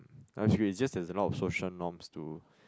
uh it's great it''s just there's a lot of social norms too